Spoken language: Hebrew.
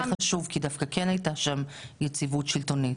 אז זה חשוב, כי דווקא כן היתה שם יציבות שלטונית.